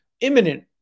imminent